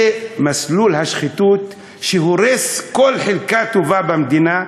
זה מסלול השחיתות שהורס כל חלקה טובה במדינה,